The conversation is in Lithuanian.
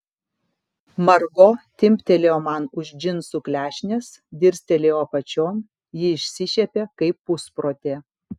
margo timptelėjo man už džinsų klešnės dirstelėjau apačion ji išsišiepė kaip pusprotė